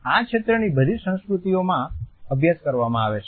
આ ક્ષેત્રની બધીજ સંસ્કૃતિઓમાં અભ્યાસ કરવામાં આવે છે